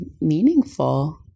meaningful